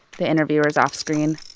the interviewer's off-screen.